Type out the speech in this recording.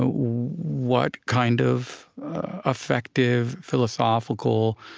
ah what kind of effective, philosophical,